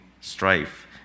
strife